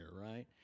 right